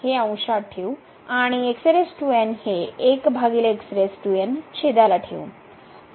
तर आपण हा हे अंशात ठेवू आणि हे छेदाला ठेवू